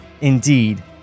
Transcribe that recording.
Indeed